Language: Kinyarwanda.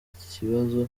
kibazo